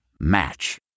Match